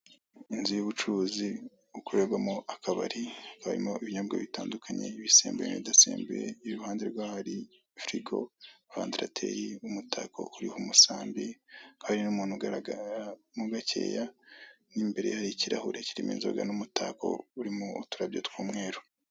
Inzu y'ubucuruzi bukorerwamo akabari hakaba harimo ibinyobwa bitandukanye ibisembuye n'ibidasembuye, iruhande rwaho hari firigo, vandarateri, umutako urimo umusambi, hari n'umuntu ugaragara mo gakeya, mu imbere hari ikirahuri kirimo inzoga n'umutako urimo uturabyo tw'umweru.